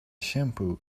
shampoo